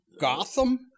Gotham